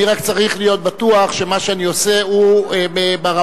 אני רק צריך להיות בטוח שמה שאני עושה הוא ברמה